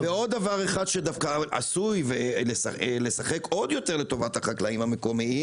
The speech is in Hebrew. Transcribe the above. דבר נוסף שעשוי לשחק עוד יותר לטובת החקלאים המקומיים